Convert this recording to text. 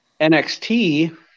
NXT